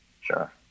Sure